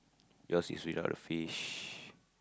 yours is without the fish